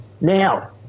Now